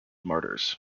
martyrs